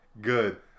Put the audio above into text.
Good